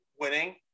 winning